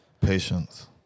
Patience